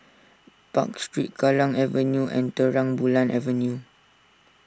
Park Street Kallang Avenue and Terang Bulan Avenue